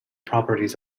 properties